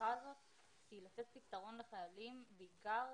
המשיכה הזאת היא לתת פתרון לחיילים בעיקר